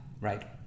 right